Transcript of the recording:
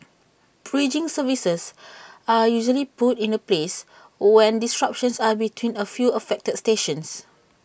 bridging services are usually put in A place when disruptions are between A few affected stations